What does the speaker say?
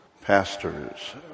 pastors